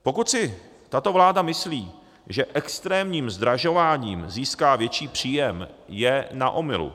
Pokud si tato vláda myslí, že extrémním zdražováním získá větší příjem, je na omylu.